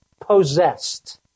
possessed